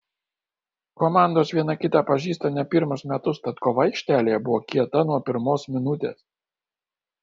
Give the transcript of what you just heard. komandos viena kitą pažįsta ne pirmus metus tad kova aikštelėje buvo kieta nuo pirmos minutės